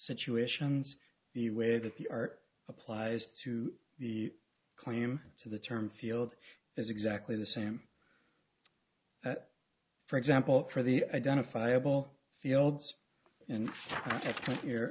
situations the way that the art applies to the claim to the term field is exactly the same that for example for the identifiable fields in you